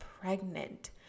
pregnant